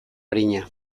arina